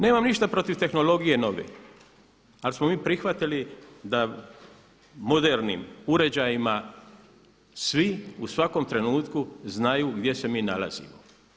Nemam ništa protiv tehnologije nove, ali smo mi prihvatili da modernim uređajima svi u svakom trenutku znaju gdje se mi nalazimo.